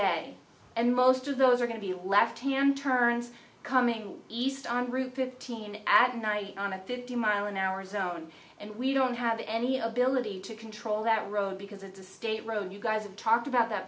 day and most of those are going to be left hand turns coming east on route fifteen at night on a fifty mile an hour zone and we don't have any ability to control that road because it's a state road you guys have talked about that